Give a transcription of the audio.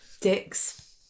Dicks